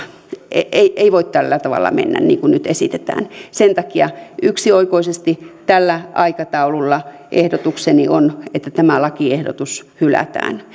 ei ei voi tällä tavalla mennä kuin nyt esitetään sen takia yksioikoisesti tällä aikataululla ehdotukseni on että tämä lakiehdotus hylätään